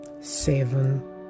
seven